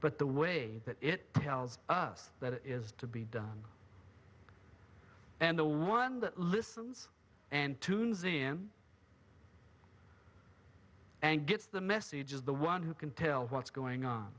but the way that it tells us that it is to be done and the one that listens and tunes in and gets the message is the one who can tell what's going on